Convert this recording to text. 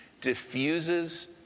diffuses